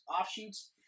offshoots